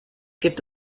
gibt